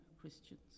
Christians